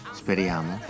speriamo